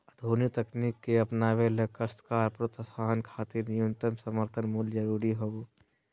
आधुनिक तकनीक के अपनावे ले काश्तकार प्रोत्साहन खातिर न्यूनतम समर्थन मूल्य जरूरी हई